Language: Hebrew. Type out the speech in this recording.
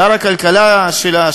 לשר הכלכלה שלה,